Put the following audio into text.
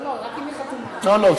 לא, לא.